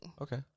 Okay